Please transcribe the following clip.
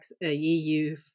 EU